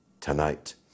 tonight